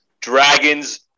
Dragons